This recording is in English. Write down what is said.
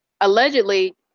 Allegedly